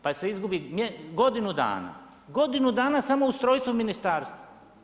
Pa se izgubi godinu dana, godinu dana samo ustrojstvo ministarstva.